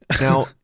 Now